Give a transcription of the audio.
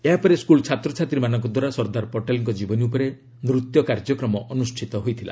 ଏହାପରେ ସ୍କୁଲ ଛାତ୍ଛାତୀମାନଙ୍କ ଦ୍ୱାରା ସର୍ଦ୍ଦାର ପଟେଲଙ୍କ ଜୀବନୀ ଉପରେ ନୂତ୍ୟ କାର୍ଯ୍ୟକ୍ରମ ଅନୁଷ୍ଠିତ ହୋଇଥିଲା